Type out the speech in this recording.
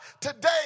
today